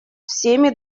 всеми